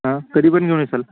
हां कधी पण घेऊन येशाल